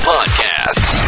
Podcasts